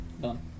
Done